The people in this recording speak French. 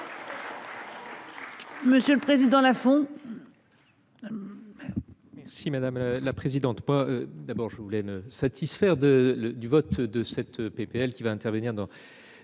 Monsieur le président, la font.